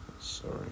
sorry